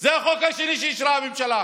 זה החוק השני שאישרה הממשלה.